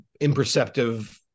imperceptive